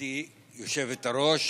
גברתי היושבת-ראש,